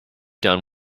done